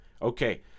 Okay